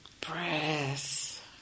breath